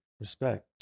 Respect